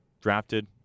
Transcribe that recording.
drafted –